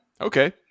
Okay